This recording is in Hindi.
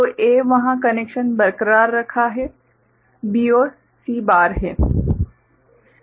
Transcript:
तो A वहाँ कनेक्शन बरकरार रखा है B और C बार है